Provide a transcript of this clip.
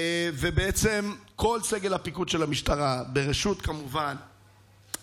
ובעצם כל סגל הפיקוד של המשטרה בראשות המפכ"ל,